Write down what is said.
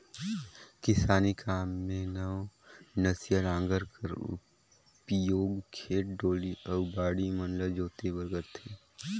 किसानी काम मे नवनसिया नांगर कर उपियोग खेत, डोली अउ बाड़ी मन ल जोते बर करथे